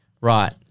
Right